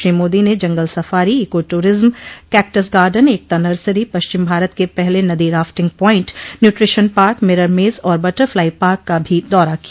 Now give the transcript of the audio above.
श्री मोदी ने जंगल safari eco tourism cactus garden Ekta nursery पश्चिम भारत के पहले नदी rafting point nutrition park mirror maze और बटर फलाई पार्क का भी दौरा किया